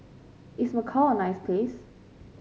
is Macau a nice place